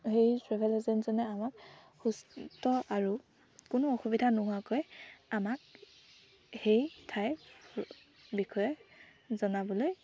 সেই ট্ৰেভেল এজেন্টজনে আমাক সুস্থ আৰু কোনো অসুবিধা নোহোৱাকৈ আমাক সেই ঠাইৰ বিষয়ে জনাবলৈ